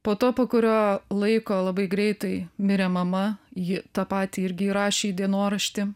po to po kurio laiko labai greitai mirė mama ji tą patį irgi įrašė į dienoraštį